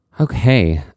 Okay